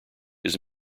his